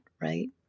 right